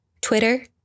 Twitter